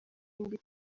mbi